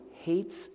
hates